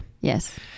Yes